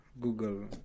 Google